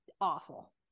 awful